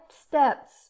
steps